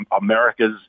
America's